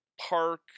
park